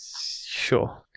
Sure